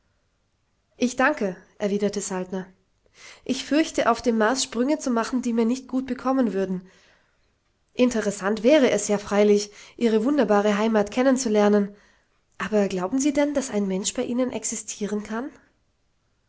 ich danke erwiderte saltner ich fürchte auf dem mars sprünge zu machen die mir nicht gut bekommen würden interessant wäre es ja freilich ihre wunderbare heimat kennenzulernen aber glauben sie denn daß ein mensch bei ihnen existieren kann